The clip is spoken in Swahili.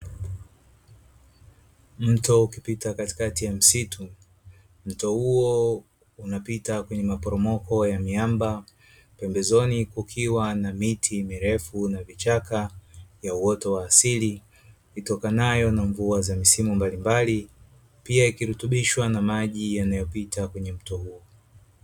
Mto ukipita katikati ya msitu, mto huo unapita kwenye maporomoko ya miamba, pembezoni kukiwa na miti mirefu na vichaka ya uoto wa asili vitokanayo na mvua za misimu mbalimbali; pia ikirutubishwa na maji yanayopita kwenye mto huo.